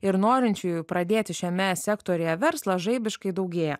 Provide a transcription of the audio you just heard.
ir norinčiųjų pradėti šiame sektoriuje verslą žaibiškai daugėja